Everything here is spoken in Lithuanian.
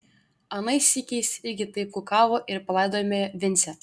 anais sykiais irgi taip kukavo ir palaidojome vincę